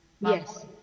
Yes